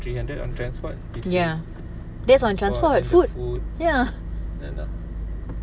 ya that's on transport food ya